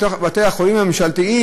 בתוך בתי-החולים הממשלתיים,